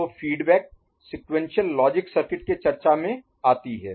तो feedback sequential logic circuit के चर्चा में आती है